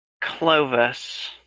Clovis